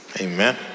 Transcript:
Amen